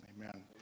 Amen